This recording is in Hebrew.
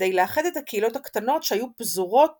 כדי לאחד את הקהילות הקטנות שהיו פזורות